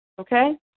Okay